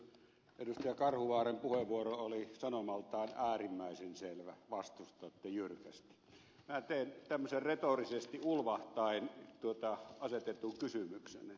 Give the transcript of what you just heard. karhuvaaran puheenvuoro oli sanomaltaan äärimmäisen selvä vastustatte jyrkästi tarpeettomretorisesti ulvahtaen tuota asetettu pysyväksi